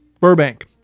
Burbank